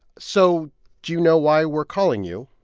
so do you know why we're calling you?